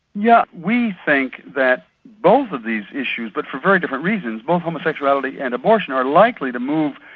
yeah we think that both of these issues, but for very different reasons, both homosexuality and abortion are likely to move,